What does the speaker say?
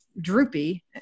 droopy